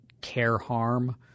care-harm